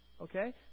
Okay